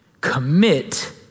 Commit